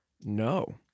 No